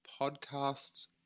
podcasts